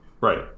Right